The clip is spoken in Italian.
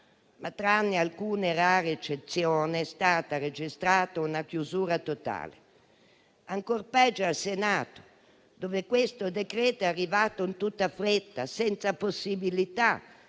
Ma, tranne alcune rare eccezioni, è stata registrata una chiusura totale; ancor peggio al Senato, dove questo decreto è arrivato in tutta fretta, senza possibilità